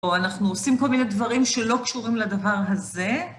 פה אנחנו עושים כל מיני דברים שלא קשורים לדבר הזה.